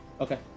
Okay